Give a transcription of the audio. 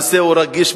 הנושא הוא רגיש,